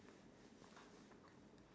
swing for quite some time